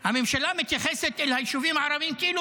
הממשלה מתייחסת את היישובים הערבים כאילו,